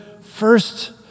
first